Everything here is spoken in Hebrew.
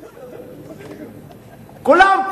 כולם,